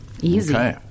Easy